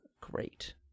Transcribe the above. great